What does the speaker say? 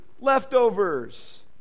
leftovers